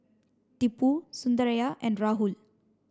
Tipu Sundaraiah and Rahul